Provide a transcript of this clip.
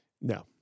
No